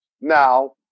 Now